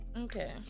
Okay